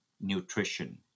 Nutrition